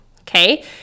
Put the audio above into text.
okay